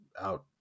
out